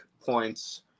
points